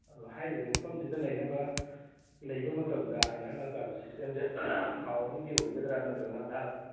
ꯑꯗꯣ ꯍꯥꯏꯔꯤꯕ ꯃꯐꯝꯁꯤꯗ ꯂꯩꯅꯕ ꯂꯩꯕ ꯃꯇꯝꯗ ꯏꯟꯅꯔ ꯂꯥꯏꯟ ꯄꯔꯃꯤꯠ ꯁꯤꯁꯇꯦꯝꯁꯦ ꯊꯥ ꯑꯍꯨꯝꯒꯤ ꯑꯣꯏꯒꯗ꯭ꯔꯥ ꯅꯠꯇ꯭ꯔꯒꯅ ꯊꯥ